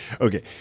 okay